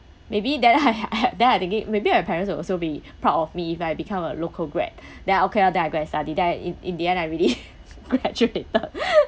maybe then I I then I'm thinking maybe my parents will also be proud of me if I become a local grad then okay lah then I go and study then in in the end I really graduated